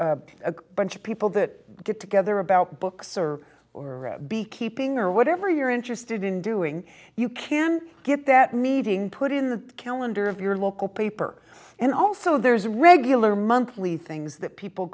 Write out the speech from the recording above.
a bunch of people that get together about books or or be keeping or whatever you're interested in doing you can get that meeting put in the calendar of your local paper and also there's a regular monthly things that people